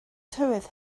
tywydd